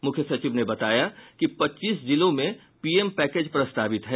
मूख्य सचिव ने बताया कि पच्चीस जिलों में पीएम पैकेज प्रस्तावित हैं